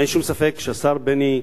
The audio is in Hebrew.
אין שום ספק שהשר בני בגין,